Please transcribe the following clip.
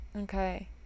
okay